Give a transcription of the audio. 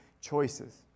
choices